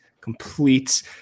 complete